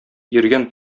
йөргән